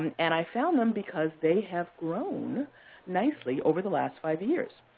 and and i found them because they have grown nicely over the last five years.